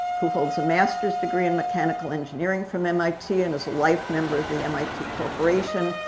who holds a master's degree in mechanical engineering from mit and is a life member of the mit corporation,